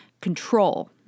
control